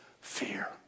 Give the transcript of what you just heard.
fear